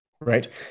right